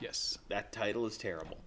yes that title is terrible